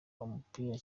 umupira